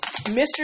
Mr